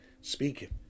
speaking